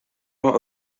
not